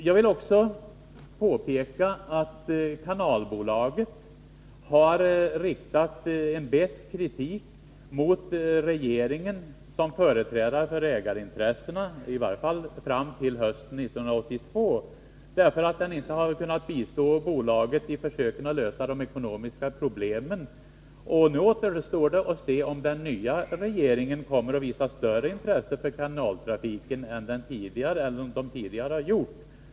Jag vill också påpeka att kanalbolaget har riktat besk kritik mot regeringen som företrädare för ägarintressena, i varje fall fram till hösten 1982, för att den inte kunnat bistå bolaget i försöken att lösa de ekonomiska problemen. Nu återstår att se om den nya regeringen kommer att visa större intresse för kanaltrafiken än de tidigare har gjort.